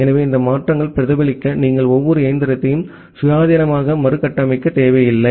எனவே இந்த மாற்றங்களை பிரதிபலிக்க நீங்கள் ஒவ்வொரு இயந்திரத்தையும் சுயாதீனமாக மறுகட்டமைக்க தேவையில்லை